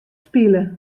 spile